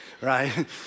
right